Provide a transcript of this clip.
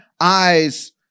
eyes